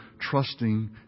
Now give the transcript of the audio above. trusting